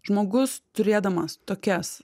žmogus turėdamas tokias